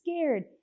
scared